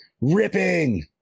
Ripping